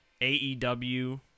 AEW